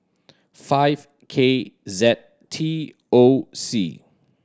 five K Z T O C